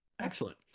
Excellent